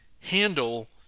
handle